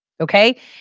okay